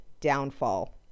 downfall